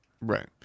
Right